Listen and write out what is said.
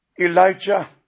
Elijah